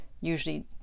usually